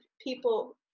people